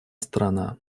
страна